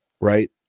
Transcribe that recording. right